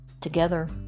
together